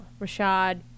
Rashad